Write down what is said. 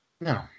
no